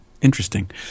Interesting